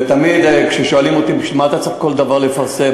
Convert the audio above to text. ותמיד כששואלים אותי: בשביל מה אתה צריך כל דבר לפרסם?